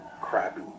crappy